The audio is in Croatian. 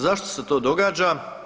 Zašto se to događa?